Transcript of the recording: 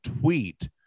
tweet